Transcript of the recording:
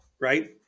right